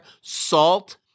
salt